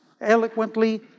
eloquently